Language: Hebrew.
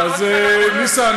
עוד דקה.